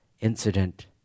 incident